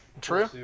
True